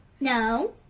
No